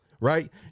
Right